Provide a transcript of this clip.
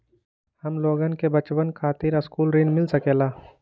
हमलोगन के बचवन खातीर सकलू ऋण मिल सकेला?